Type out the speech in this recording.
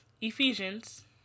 Ephesians